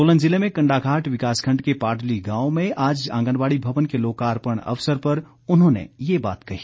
सोलन ज़िले में कंडाघाट विकास खंड के पाडली गांव में आज आंगनबाड़ी भवन के लोकार्पण अवसर पर उन्होंने ये बात कही